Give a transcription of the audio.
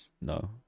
no